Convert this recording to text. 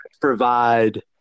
provide –